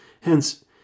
Hence